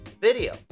video